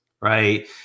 right